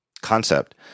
concept